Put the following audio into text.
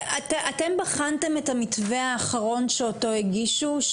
אתם בחנתם את המתווה האחרון שאותו הגישו,